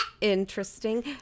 interesting